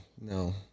No